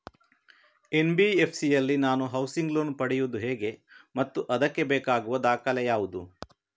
NBFC ಯಲ್ಲಿ ನಾನು housing loan ಪಡೆಯುದು ಹೇಗೆ ಮತ್ತು ಅದಕ್ಕೆ ಬೇಕಾಗುವ ದಾಖಲೆ ಯಾವುದು?